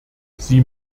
sie